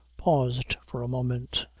paused for a moment,